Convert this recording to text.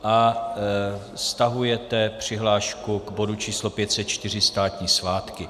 A stahujete přihlášku k bodu č. 504, státní svátky.